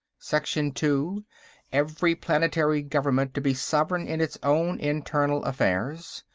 section two every planetary government to be sovereign in its own internal affairs.